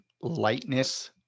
lightness